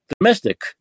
Domestic